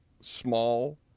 small